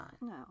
No